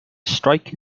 strike